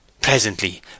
Presently